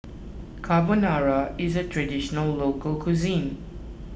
Carbonara is a Traditional Local Cuisine